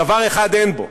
דבר אחד אין בו: